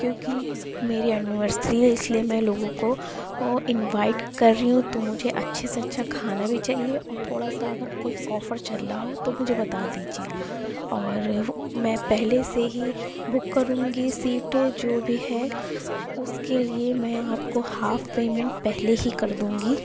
کیونکہ میری یونیورسری ہے اس لیے میں لوگوں کو انوائٹ کر رہی ہوں تو مجھے اچھے سے اچھا کھانا بھی چاہیے اور تھوڑا سا اگر کوئی آفر چل رہا ہو تو مجھے بتا دیجیے اور میں پہلے سے ہی بک کروں گی سیٹ جو بھی ہے اس کے لیے میں آپ کو ہاف پیمنٹ پہلے ہی کر دوں گی